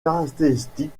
caractéristique